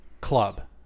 club